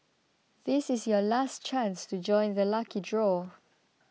this is your last chance to join the lucky draw